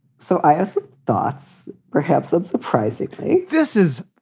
so i guess thoughts. perhaps unsurprisingly, this is